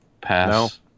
Pass